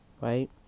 right